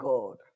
God